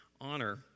honor